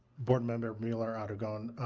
board member muller-aragon,